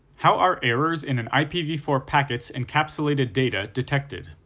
how are errors in an i p v four packet's encapsulated data detected?